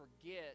forget